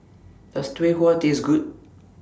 Does Tau Huay Taste Good